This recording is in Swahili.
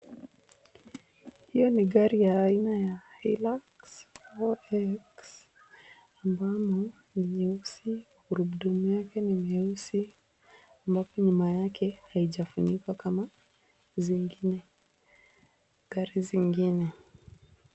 Hiyo ni gari aina ya Hilux 4X ambamo ni nyeusi gurudumu yake ni nyeusi, ambapo nyuma yake haijafunika kama zingine gari zingine.